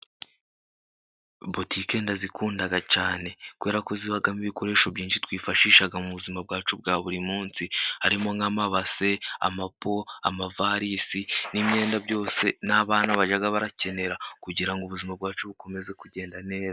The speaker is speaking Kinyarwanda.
Botike ndazikunda cyane kuberako zibagamo ibikoresho byinshi twifashisha mu buzima bwacu bwa buri munsi harimo: nk'amabase, amapo, amavarisi n'imyenda, byose n'abana bajya bakenera kugira ubuzima bwacu bukomeze kugenda neza.